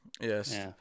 Yes